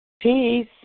Peace